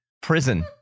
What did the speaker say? prison